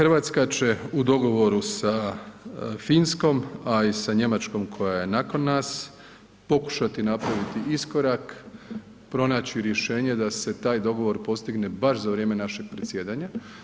RH će u dogovoru sa Finskom, a i sa Njemačkom koja je nakon nas, pokušati napraviti iskorak, pronaći rješenje da se taj dogovor postigne baš za vrijeme našeg predsjedanja.